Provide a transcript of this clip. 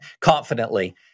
confidently